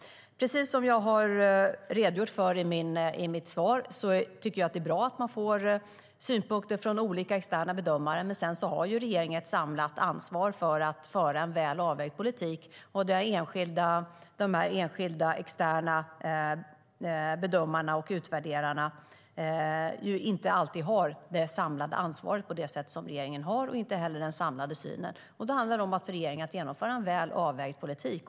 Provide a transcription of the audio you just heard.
Precis som jag har redogjort för i mitt svar tycker jag att det är bra att man får synpunkter från olika externa bedömare. Sedan har regeringen ett samlat ansvar för att föra en väl avvägd politik. De enskilda externa bedömarna och utvärderarna har inte alltid det samlade ansvaret på det sätt som regeringen har och inte heller den samlade synen. Det handlar för regeringen om att genomföra en väl avvägd politik.